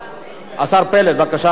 השר פלד, בבקשה, אדוני.